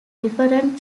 different